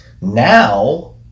now